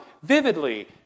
Vividly